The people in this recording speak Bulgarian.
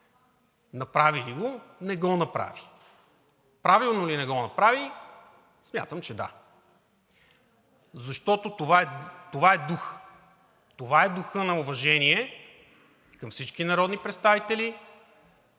Направи ли го? Не го направи! Правилно ли не го направи! Смятам, че да. Защото това е дух! Това е духът на уважение към всички народни представители,